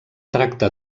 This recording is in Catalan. tracta